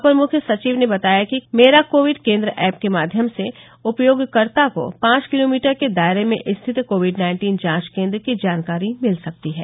अपर मुख्य सचिव ने बताया कि मेरा कोविड केन्द्र ऐप के माध्यम से उपयोगकर्ता को पांच किलोमीटर के दायरे में स्थित कोविड नाइन्टीन जांच केन्द्र की जानकारी मिल सकती है